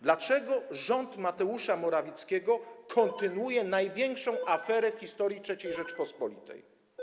Dlaczego rząd Mateusza Morawieckiego kontynuuje największą aferę w historii III Rzeczypospolitej?